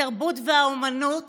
התרבות והאומנות